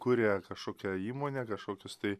kuria kašokią įmonę kažkokius tai